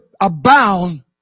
abound